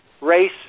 race